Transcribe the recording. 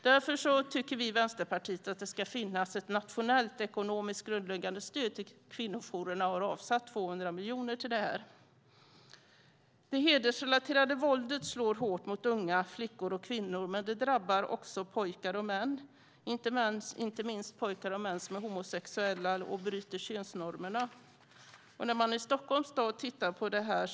Därför tycker vi i Vänsterpartiet att det ska finnas ett nationellt ekonomiskt grundläggande stöd till kvinnojourerna och har avsatt 200 miljoner till det. Det hedersrelaterade våldet slår hårt mot unga flickor och kvinnor, men det drabbar också pojkar och män, inte minst pojkar och män som är homosexuella och bryter könsnormerna. I Stockholms stad har man tittat på det här.